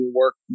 work